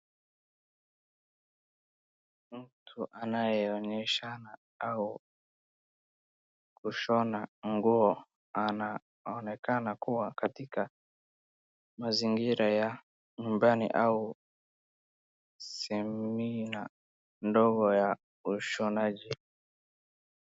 Mtu anayeonyeshana au kushona nguo. Anaonekana kuwa katika mazingira ya nyumbani au seminar ndogo ya ushonaji.